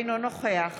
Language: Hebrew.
אינו נוכח